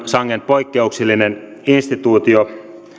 sangen poikkeuksellinen instituutio